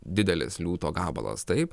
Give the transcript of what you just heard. didelis liūto gabalas taip